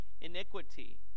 iniquity